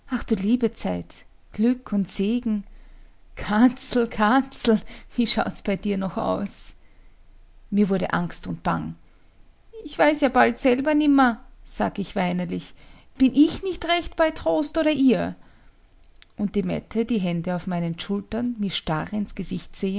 ach du liebe zeit glück und segen katzel katzel wie schaut's bei dir noch aus mir wurde angst und bang ich weiß ja bald selber nimmer sag ich weinerlich bin ich nicht recht bei trost oder ihr und die mette die hände auf meinen schultern mir starr ins gesicht